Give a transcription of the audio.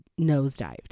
nosedived